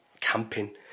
camping